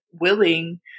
willing